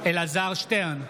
אלעזר שטרן,